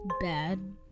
bad